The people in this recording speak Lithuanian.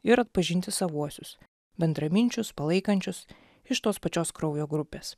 ir atpažinti savuosius bendraminčius palaikančius iš tos pačios kraujo grupės